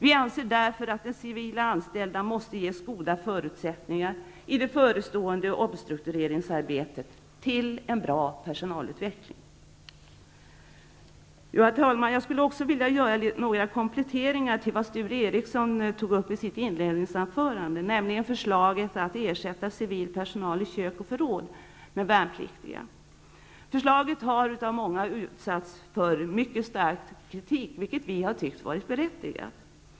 Vi anser därför att de civilanställda måste ges goda förutsättningar i det förestående omstruktureringsarbetet till en bra personalutveckling. Herr talman! Jag vill också göra några kompletteringar till vad Sture Ericson tog upp i sitt inledningsanförande, nämligen förslaget att ersätta civil personal i kök och förråd med värnpliktiga. Förslaget har av många utsatts för mycket stark kritik, vilken vi har tyckt vara berättigad.